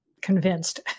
convinced